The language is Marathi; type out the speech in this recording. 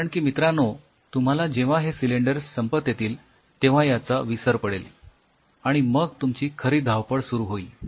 कारण की मित्रांनो तुम्हाला जेव्हा हे सिलिंडर्स संपत येतील तेव्हा याचा विसर पडेल आणि मग तुमची खरी धावपळ सुरु होईल